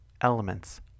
elements